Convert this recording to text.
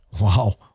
Wow